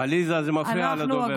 עליזה, זה מפריע לדוברת.